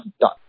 done